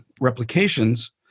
replications